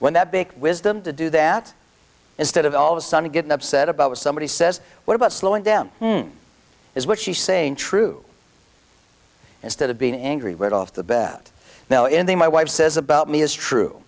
when that big wisdom to do that instead of all of a sudden getting upset about what somebody says what about slowing down is what she's saying true instead of being angry with off the bat though in the my wife says about me is true